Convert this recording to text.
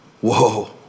Whoa